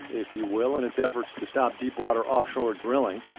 if you will, in its efforts to stop deepwater offshore driling.